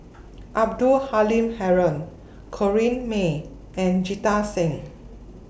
Abdul Halim Haron Corrinne May and Jita Singh